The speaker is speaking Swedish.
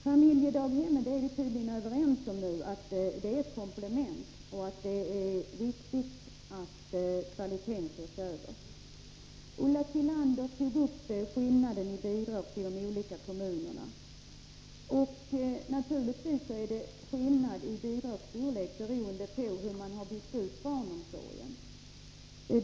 Vi är nu tydligen överens om att familjedaghemmen utgör ett komplement och att det är viktigt att kvaliteten ses över. Ulla Tillander tog upp frågan om skillnaden i bidrag till de olika kommunerna. Och naturligtvis är det skillnad i bidragsstorlek, beroende på hur man har byggt upp barnomsorgen.